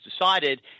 decided